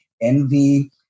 envy